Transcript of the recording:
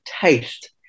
taste